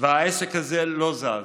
והעסק הזה לא זז.